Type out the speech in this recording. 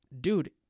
dude